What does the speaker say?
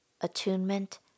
attunement